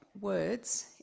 words